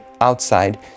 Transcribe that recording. outside